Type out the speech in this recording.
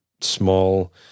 small